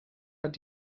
hat